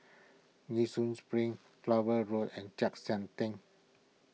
Nee Soon Spring Flower Road and Chek Sian Tng